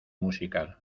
musical